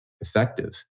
effective